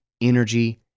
energy